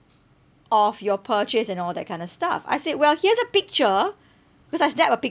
of your purchase and all that kind of stuff I said well here's a picture cause I snapped a